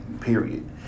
period